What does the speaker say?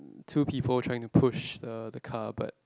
two people trying to push the the car but